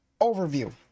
overview